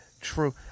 True